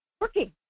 working